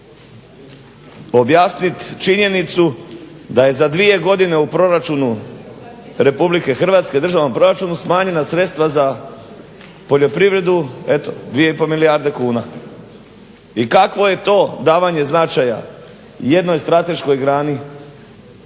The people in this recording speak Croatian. objasnit činjenicu da je za 2 godine u proračunu RH, državnom proračunu smanjena sredstva za poljoprivredu eto 2,5 milijarde kuna i kakvo je to davanje značaja jednoj strateškoj grani